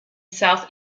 south